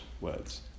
words